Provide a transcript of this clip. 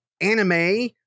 anime